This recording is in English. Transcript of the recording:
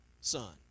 son